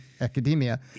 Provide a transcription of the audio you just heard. academia